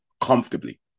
Comfortably